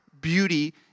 beauty